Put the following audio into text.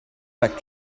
back